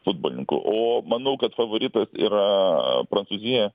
futbolininkų o manau kad favoritas yra aaa prancūzija